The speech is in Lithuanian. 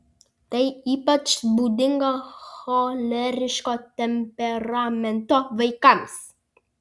tai ypač būdinga choleriško temperamento vaikams